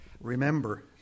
remember